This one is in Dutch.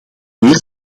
meer